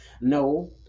No